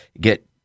get